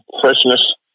freshness